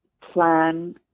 plan